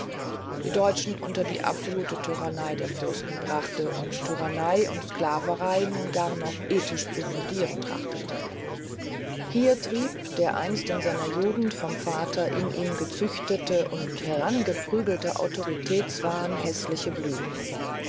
die deutschen unter die absolute tyrannei der fürsten brachte und tyrannei und sklaverei nun gar noch ethisch zu fundieren trachtete hier trieb der einst in seiner jugend vom vater in ihm gezüchtete und herangeprügelte autoritätswahn häßliche blüten